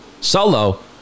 Solo